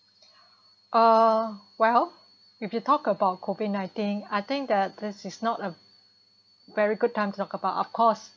oh well if you talk about COVID nineteen I think that this is not a very good time to talk about of course